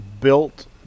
built